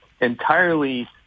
entirely